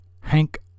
Hank